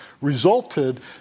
resulted